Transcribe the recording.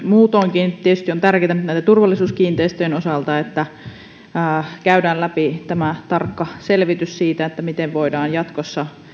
muutoinkin tietysti on tärkeätä nyt näiden turvallisuuskiinteistöjen osalta että käydään läpi tämä tarkka selvitys siitä miten voidaan jatkossa